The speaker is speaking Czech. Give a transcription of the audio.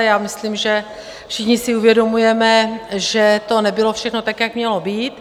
Já myslím, že všichni si uvědomujeme, že to nebylo všechno tak, jak mělo být.